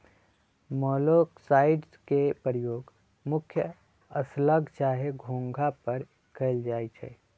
मोलॉक्साइड्स के प्रयोग मुख्य स्लग चाहे घोंघा पर कएल जाइ छइ